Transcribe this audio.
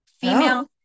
female